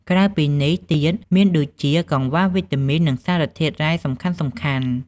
ក្រៅពីនេះទៀតមានដូចជា កង្វះវីតាមីន និងសារធាតុរ៉ែសំខាន់ៗ ។